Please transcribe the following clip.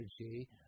energy